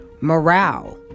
morale